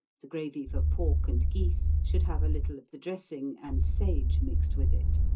the gravy for pork and geese, should have a little of the dressing, and sage, mixed with it.